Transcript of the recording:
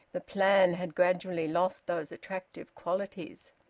the plan had gradually lost those attractive qualities.